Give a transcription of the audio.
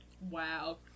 Wow